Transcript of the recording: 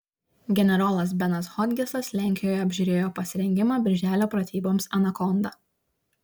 generolas benas hodgesas lenkijoje apžiūrėjo pasirengimą birželio pratyboms anakonda